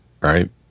right